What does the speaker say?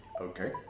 Okay